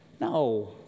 no